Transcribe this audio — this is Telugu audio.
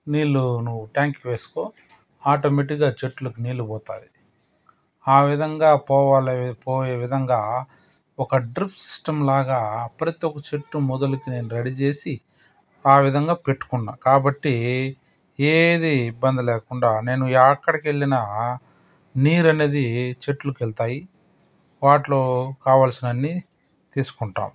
నీళ్లు నువ్వు ట్యాంక్కి వేసుకో ఆటోమెటిక్గా చెట్లకు నీళ్లు పోతాయి ఆ విధంగా పోవాలి పోయే విధంగా ఒక డ్రిప్ సిస్టం లాగా ప్రతి ఒక చెట్టు మొదలకి నేను రెడీ చేసి ఆ విధంగా పెట్టుకున్నా కాబట్టి ఏది ఇబ్బంది లేకుండా నేను ఎక్కడికి వెళ్లిన నీరు అనేది చెట్లుకి వెళ్తాయి వాటిలో కావాల్సిన అన్ని తీసుకుంటాం